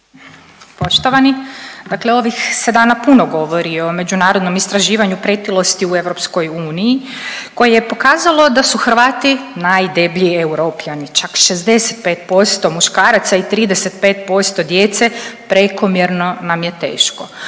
Poštovani, dakle ovih se dana puno govori o međunarodnom istraživanju pretilosti u EU koji je pokazalo da su Hrvati najdeblji Europljani, čak 65% muškaraca i 35% djece prekomjerno nam je teško.